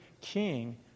king